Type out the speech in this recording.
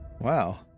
Wow